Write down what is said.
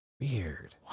Weird